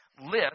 list